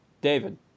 David